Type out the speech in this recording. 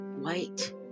White